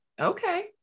Okay